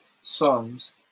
songs